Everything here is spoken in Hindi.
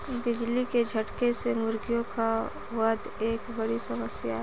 बिजली के झटके से मुर्गियों का वध एक बड़ी समस्या है